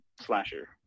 Slasher